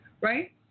Right